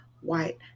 white